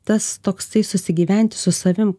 tas toksai susigyventi su savim